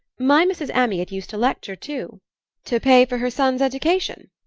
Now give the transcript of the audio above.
my mrs. amyot used to lecture too to pay for her son's education?